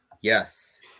Yes